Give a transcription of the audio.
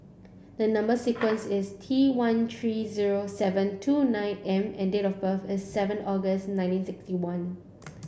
the number sequence is T one three zero seven two nine M and date of birth is seven August nineteen sixty one